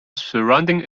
surrounding